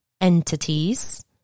entities